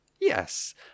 Yes